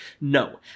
no